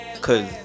cause